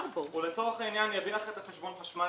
הוא לצורך העניין יביא לך את חשבון החשמל